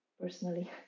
personally